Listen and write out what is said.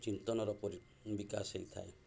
ଚିନ୍ତନର ପରି ବିକାଶ ହେଇଥାଏ